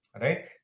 right